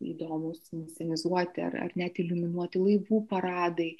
įdomūs inscenizuoti ar net iliuminuoti laivų paradai